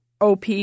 OP